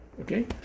Okay